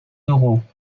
d’euros